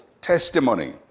testimony